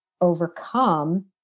overcome